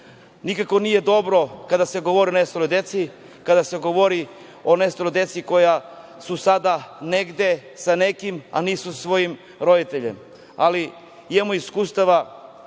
Nikako nije dobro kada se govori o nestaloj deci, kada se govori o nestaloj deci koja su sada negde sa nekim, a nisu sa svojim roditeljima. Imamo iskustava